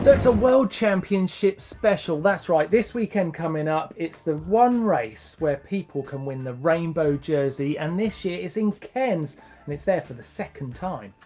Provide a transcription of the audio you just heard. so it's a world championship special, that's right. this weekend coming up, it's the one race where people can win the rainbow jersey. and this year, it's in in cairns and it's there for the second time.